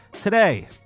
Today